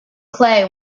clay